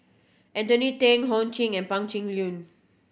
Anthony Then Ho Ching and Pan Cheng Lui